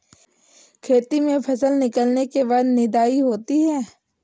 खेती में फसल निकलने के बाद निदाई होती हैं?